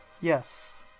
Yes